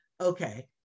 okay